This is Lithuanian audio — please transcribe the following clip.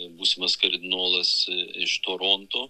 būsimas kardinolas iš toronto